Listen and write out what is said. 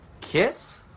Kiss